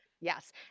Yes